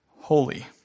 holy